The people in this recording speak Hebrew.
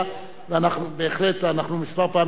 וכמה פעמים שאלנו אותו,